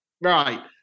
Right